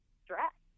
stress